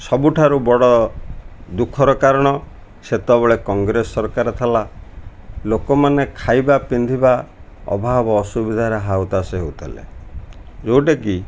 ସବୁଠାରୁ ବଡ଼ ଦୁଃଖର କାରଣ ସେତେବେଳେ କଂଗ୍ରେସ ସରକାର ଥିଲା ଲୋକମାନେ ଖାଇବା ପିନ୍ଧିବା ଅଭାବ ଅସୁବିଧାରେ ହାଉତାସେ ହଉଥିଲେ ଯେଉଁଟାକି